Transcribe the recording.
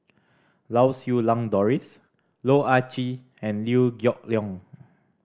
Lau Siew Lang Doris Loh Ah Chee and Liew Geok Leong